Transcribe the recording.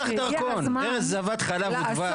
ארץ זבת חלב ודבש.